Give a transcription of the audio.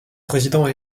président